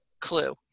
clue